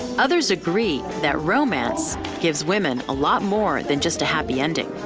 others agree that romance gives women a lot more than just a happy ending.